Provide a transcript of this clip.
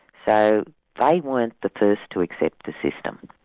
so they weren't the first to accept the system.